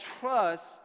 trust